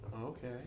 Okay